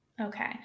Okay